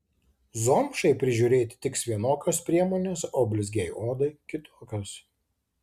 zomšai prižiūrėti tiks vienokios priemonės o blizgiai odai kitokios